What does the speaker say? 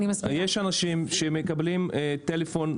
יש אנשים שמקבלים טלפון,